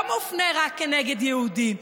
לא מופנה רק נגד יהודים,